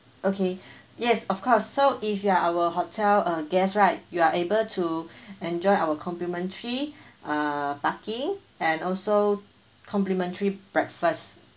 okay yes of course so if you are our hotel uh guest right you are able to enjoy our complementary uh parking and also complementary breakfast